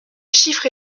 chiffres